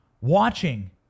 watching